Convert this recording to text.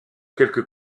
quelques